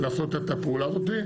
לעשות את הפעולה הזאת,